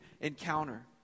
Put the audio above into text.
encounter